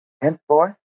henceforth